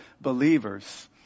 believers